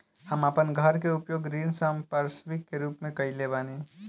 हम आपन घर के उपयोग ऋण संपार्श्विक के रूप में कइले बानी